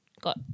got